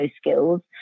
skills